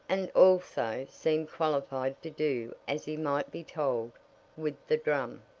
and also seemed qualified to do as he might be told with the drum.